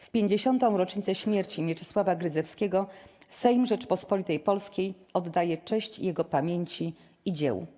W 50. rocznicę śmierci Mieczysława Grydzewskiego Sejm Rzeczypospolitej Polskiej oddaje cześć jego pamięci i dziełu”